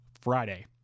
Friday